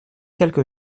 quelque